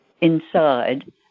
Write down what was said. inside